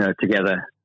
together